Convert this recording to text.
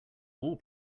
wall